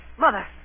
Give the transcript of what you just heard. Mother